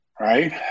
Right